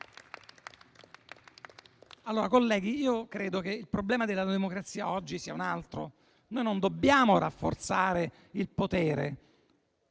Colleghi, io credo che il problema della democrazia oggi sia un altro. Noi non dobbiamo rafforzare il potere,